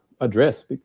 address